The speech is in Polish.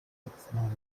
niepochwytną